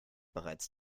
bereits